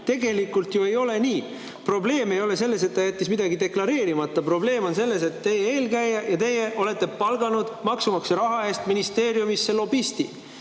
Tegelikult ju ei ole nii! Probleem ei ole selles, et ta jättis midagi deklareerimata, probleem on selles, et teie eelkäija ja teie olete palganud maksumaksja raha eest ministeeriumisse lobisti.